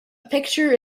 picture